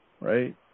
right